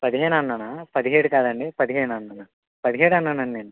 పదిహేనన్నానా పదిహేడు కాదండి పదిహేను అన్నాను పదిహేడు అన్నానండి నేను